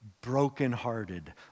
brokenhearted